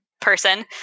person